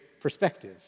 perspective